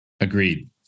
Agreed